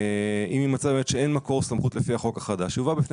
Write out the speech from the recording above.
אם יימצא באמת שאין מקור סמכות לפי החוק החדש יובא בפני